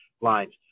lines